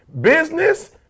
business